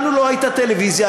לנו לא הייתה טלוויזיה,